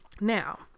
Now